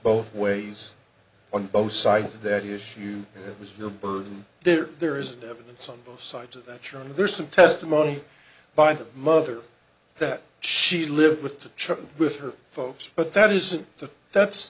both ways on both sides of that issue it was your burden there there is evidence on both sides of that surely there's some testimony by the mother that she lived with to check with her folks but that isn't the that's